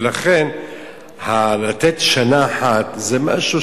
לכן לתת שנה אחת זה משהו,